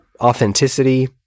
authenticity